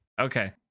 okay